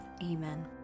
Amen